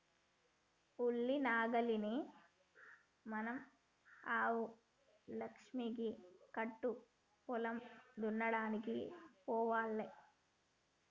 ఉలి నాగలిని మన ఆవు లక్ష్మికి కట్టు పొలం దున్నడానికి పోవాలే